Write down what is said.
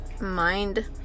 mind